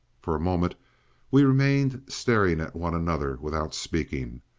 for a moment we remained staring at one another without speaking.